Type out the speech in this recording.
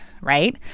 right